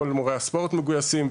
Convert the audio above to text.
כל מורי הספורט מגויסים,